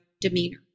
demeanor